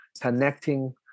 connecting